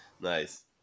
Nice